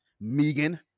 Megan